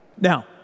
Now